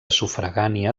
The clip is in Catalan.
sufragània